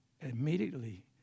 Immediately